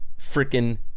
freaking